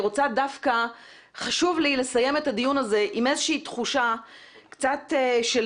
דווקא חשוב לי לסיים את הדיון הזה עם איזו שהיא תחושה קצת של